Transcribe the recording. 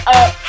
up